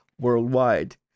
worldwide